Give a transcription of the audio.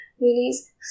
release